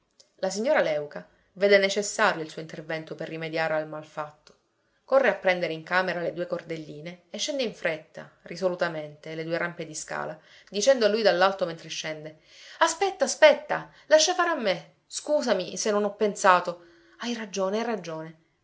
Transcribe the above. la signora léuca vede necessario il suo intervento per rimediare al mal fatto corre a prendere in camera le due cordelline e scende in fretta risolutamente le due rampe di scala dicendo a lui dall'alto mentre scende aspetta aspetta lascia fare a me scusami se non ho pensato hai ragione hai ragione